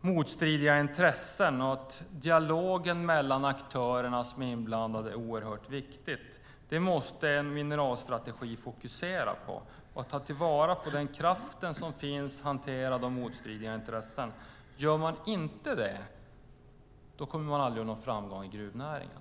motstridiga intressen och att dialogen mellan aktörerna som är inblandade är oerhört viktig. Det måste en mineralstrategi fokusera på, ta till vara den kraft som finns och hantera de motstridiga intressena. Gör man inte det kommer man aldrig att nå framgång i gruvnäringen.